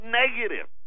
negative